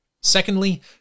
Secondly